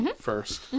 first